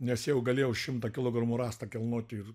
nes jeigu galėjau šimtą kilogramų rąstą kelnoti ir